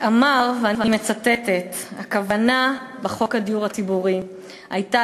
אמר: "הכוונה בחוק הדיור הציבורי הייתה